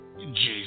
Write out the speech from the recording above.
Jesus